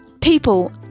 people